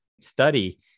study